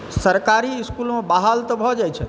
सरकारी इसकुलमे बहाल तऽ भऽ जाइ छथिन